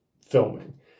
filming